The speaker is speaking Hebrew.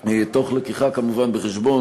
תוך הבאה בחשבון,